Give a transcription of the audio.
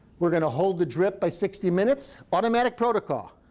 we're going to hold the drip by sixty minutes. automatic protocol